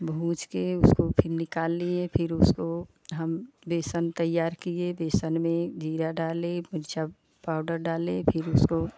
भुज के उसको फिन निकाल लिए फिर उसको हम बेसन तैयार किये बेसन में जीरा डाले मिर्चा पाउडर डाले फिर उसको